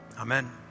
Amen